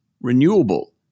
renewable